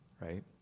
right